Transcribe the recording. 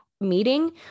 meeting